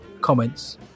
comments